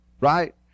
right